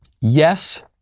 Yes